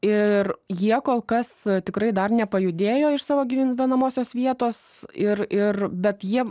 ir jie kol kas tikrai dar nepajudėjo iš savo gyvenamosios vietos ir ir bet jie